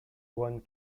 one